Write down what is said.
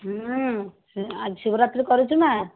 ହୁଁ ଆଜି ଶିବରାତ୍ରି କରିଛୁ ନା